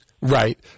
Right